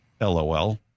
LOL